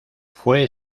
fue